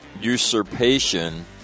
usurpation